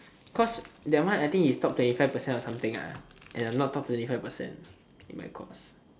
cause that one I think is top twenty five percent or something ah and I'm not top twenty five percent in my course